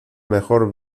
mejor